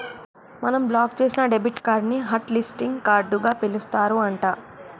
మనం బ్లాక్ చేసిన debit card ని హట్ లిస్టింగ్ కార్డుగా పిలుస్తారు అంట